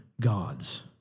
gods